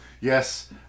yes